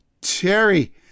Terry